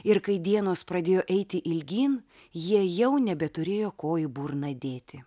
ir kai dienos pradėjo eiti ilgyn jie jau nebeturėjo kojų burną dėti